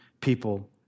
people